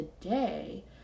today